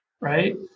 right